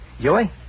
Joey